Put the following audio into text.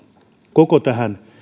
koko tähän